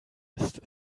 ist